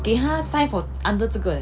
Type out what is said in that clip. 给他 sign for under 这个 leh